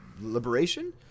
Liberation